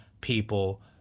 people